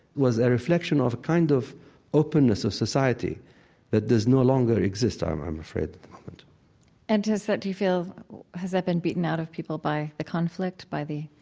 was a reflection of a kind of openness of society that does no longer exist, um i'm afraid, at the moment and has that, do you feel has that been beaten out of people by the conflict? by the